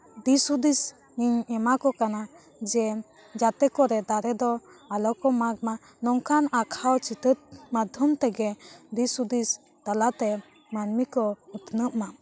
ᱫᱤᱥᱼᱦᱩᱫᱤᱧ ᱤᱧ ᱮᱢᱟ ᱠᱚ ᱠᱟᱱᱟ ᱡᱮ ᱡᱟᱛᱮ ᱠᱚᱨᱮ ᱫᱟᱨᱮ ᱫᱚ ᱟᱞᱚ ᱠᱚ ᱢᱟᱜ ᱢᱟ ᱱᱚᱝᱠᱟᱱ ᱟᱸᱠᱟᱣ ᱪᱤᱛᱟᱹᱨ ᱢᱟᱫᱽᱫᱷᱚᱢ ᱛᱮᱜᱮ ᱫᱤᱥᱼᱦᱩᱫᱤᱥ ᱛᱟᱞᱟᱛᱮ ᱢᱟᱹᱱᱢᱤ ᱠᱚ ᱩᱛᱱᱟᱹᱜ ᱢᱟ